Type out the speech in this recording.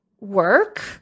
work